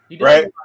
Right